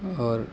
اور